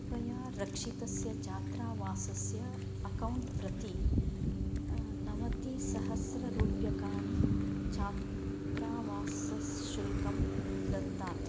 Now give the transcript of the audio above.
कृपया रक्षितस्य छात्रावासस्य अक्कौण्ट् प्रति नवतिसहस्ररूप्यकाणि छात्रावासशुल्कं दत्तात्